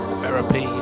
therapy